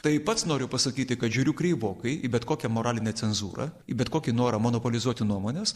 tai pats noriu pasakyti kad žiūriu kreivokai į bet kokią moralinę cenzūrą į bet kokį norą monopolizuoti nuomones